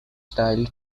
style